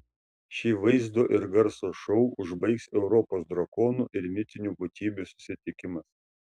šį vaizdo ir garso šou užbaigs europos drakonų ir mitinių būtybių susitikimas